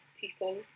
people